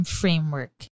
framework